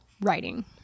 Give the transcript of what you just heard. writing